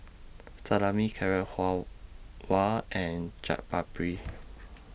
Salami Carrot Halwa and Chaat Papri